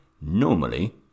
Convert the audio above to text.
normally